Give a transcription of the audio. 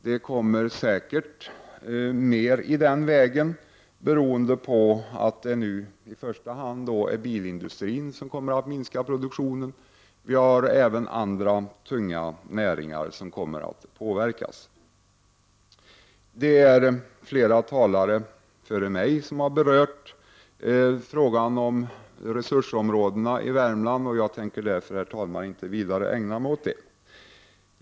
Det kommer säkert att bli fler i den vägen beroende på att det nu i första hand är bilindustrin som kommer att minska produktionen. Även andra tunga näringar kommer att påverkas. Flera talare före mig har berört frågan om resursområden i Värmland. Jag tänker, herr talman, därför inte vidare ägna mig åt det.